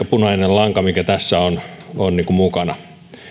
punainen lanka mikä tässä on on mukana